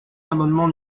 l’amendement